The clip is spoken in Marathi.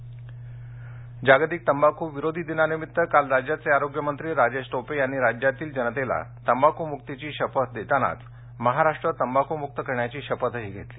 तंबाकदिन टोपे जागतिक तंबाखू विरोधी दिनानिमित्त काल राज्याचे आरोग्यमंत्री राजेश टोपे यांनी राज्यातील जनतेला तंबाखू मुक्तीची शपथ देतानाच महाराष्ट्र तंबाखु मुक्त करण्याची शपथही घेतली